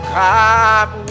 come